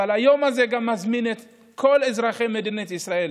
אבל היום הזה גם מזמין את כל אזרחי מדינת ישראל